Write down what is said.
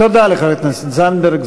תודה לחברת הכנסת זנדברג.